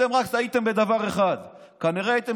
אתם רק טעיתם בדבר אחד: כנראה הייתם